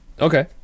Okay